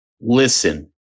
Listen